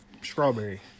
strawberry